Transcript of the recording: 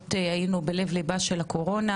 בעקבות היינו בלב ליבה של הקורונה